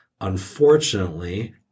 Unfortunately